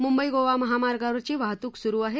मुंबई गोवा महामार्गावरची वाहतुक सुरु आहे